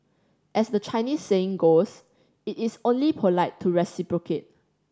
as the Chinese saying goes it is only polite to reciprocate